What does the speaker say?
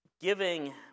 giving